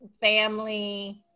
family